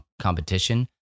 competition